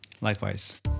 Likewise